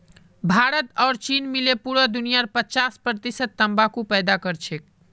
भारत और चीन मिले पूरा दुनियार पचास प्रतिशत तंबाकू पैदा करछेक